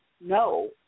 no